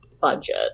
budget